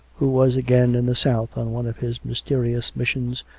who was again in the south on one of his mysterious missions,